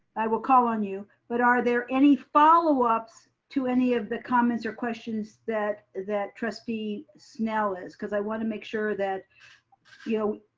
i will call on you. but are there any followups to any of the comments or questions that that trustee snell is cause i wanna make sure that you